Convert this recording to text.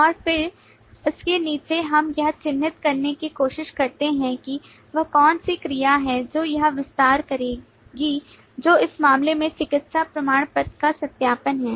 और फिर उसके नीचे हम यह चिन्हित करने की कोशिश करते हैं कि वह कौन सी क्रिया है जो यह विस्तार करेगी जो इस मामले में चिकित्सा प्रमाण पत्र का सत्यापन है